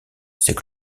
c’est